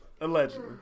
Allegedly